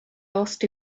asked